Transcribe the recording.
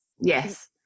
yes